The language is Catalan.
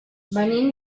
venim